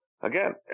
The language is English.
again